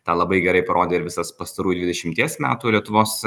tą labai gerai parodė ir visas pastarųjų dvidešimties metų lietuvos